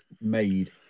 made